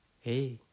Hey